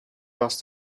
does